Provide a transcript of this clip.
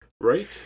Right